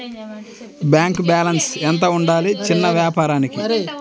Bank balance ఎంత ఉండాలి చిన్న వ్యాపారానికి?